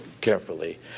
carefully